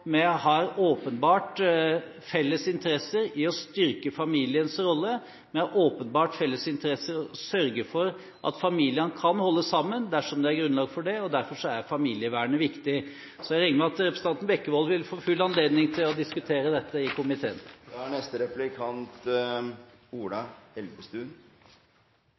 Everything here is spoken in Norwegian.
vi har åpenbart felles interesse i å styrke familiens rolle, og i å sørge for at familiene kan holde sammen dersom det er grunnlag for det. Derfor er familievernet viktig. Jeg regner med at representanten Bekkevold vil få full anledning til å diskutere dette i komiteen. Et av de viktigste punktene i samarbeidsavtalen mellom Venstre, Kristelig Folkeparti, Høyre og Fremskrittspartiet er